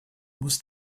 muss